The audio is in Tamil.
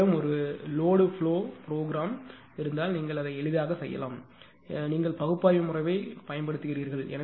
உங்களிடம் ஒரு லோடு பூளோ ப்ரோக்ராம் இருந்தால் நீங்கள் அதை எளிதாக செய்யலாம் நீங்கள் பகுப்பாய்வு முறையைப் பயன்படுத்துகிறீர்கள்